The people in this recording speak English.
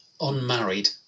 unmarried